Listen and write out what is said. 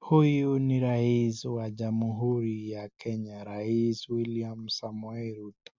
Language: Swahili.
Huyu ni rais wa Jamhuri ya Kenya. Rais William Samoei Ruto ,